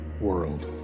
world